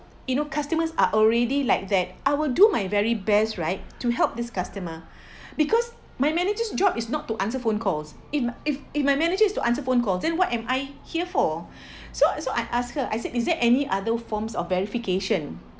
you know customers are already like that I will do my very best right to help this customer because my manager's job is not to answer phone calls if if my manager is to answer phone call then what am I here for so so I ask her I said is there any other forms of verification